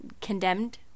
condemned